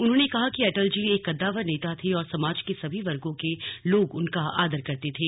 उन्होंने कहा कि अटल जी एक कद्दावर नेता थे और समाज के सभी वर्गों के लोग उनका आदर करते थे